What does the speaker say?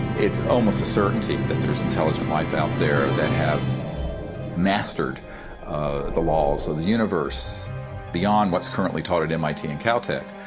it's almost a certainty that there's intelligent life out there that has mastered the laws of the universe beyond what is currently taught at mit and caltech,